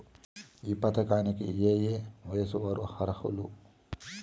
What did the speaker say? ఈ పథకానికి ఏయే వయస్సు వారు అర్హులు?